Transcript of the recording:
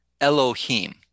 Elohim